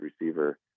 receiver